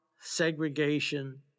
segregation